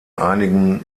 einigen